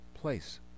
place